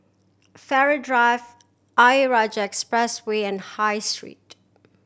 Farrer Drive Ayer Rajah Expressway and High Street